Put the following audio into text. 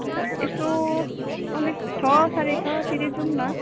अन्त यसो अलिक छ साढे छतिर जाउँ न